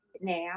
now